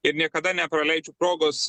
ir niekada nepraleidžiu progos